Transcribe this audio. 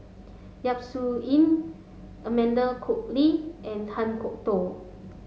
Yap Su Yin Amanda Koe Lee and Kan Kwok Toh